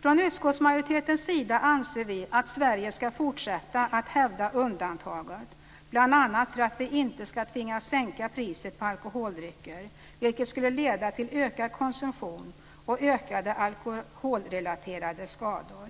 Från utskottsmajoritetens sida anser vi att Sverige ska fortsätta att hävda undantaget, bl.a. för att vi inte ska tvingas sänka priset på alkoholdrycker, vilket skulle leda till ökad konsumtion och ökade alkoholrelaterade skador.